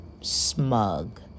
smug